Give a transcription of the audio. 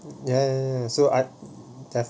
ya ya ya so I have